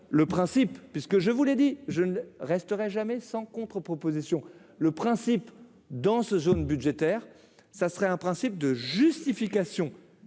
le principe, puisque je vous l'ai dit, je ne resterai jamais sans contre-proposition le principe dans ce jaune budgétaire, ça serait un principe de justification